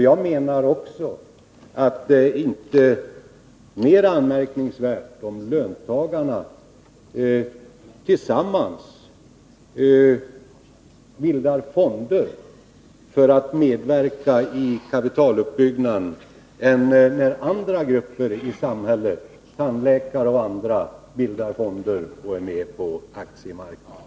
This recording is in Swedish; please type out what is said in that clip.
Jag menar också att det inte är mer anmärkningsvärt om löntagarna tillsammans bildar fonder för att medverka i kapitaluppbyggnaden än att andra grupper i samhället, t.ex. tandläkare, bildar fonder och är med på aktiemarknaden.